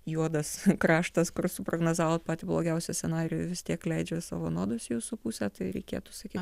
juodas kraštas kur suprognozavot patį blogiausią scenarijų vis tiek leidžia savo nuodus jūsų pusę tai reikėtų sakyt